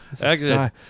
Exit